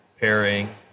pairing